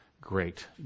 great